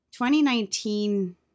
2019